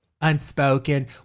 unspoken